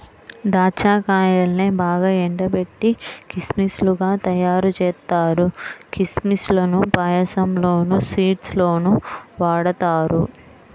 దాచ్చా కాయల్నే బాగా ఎండబెట్టి కిస్మిస్ లుగా తయ్యారుజేత్తారు, కిస్మిస్ లను పాయసంలోనూ, స్వీట్స్ లోనూ వాడతారు